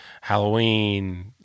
Halloween